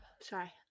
Sorry